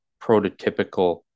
prototypical